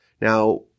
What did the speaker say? Now